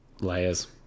Layers